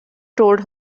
told